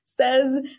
says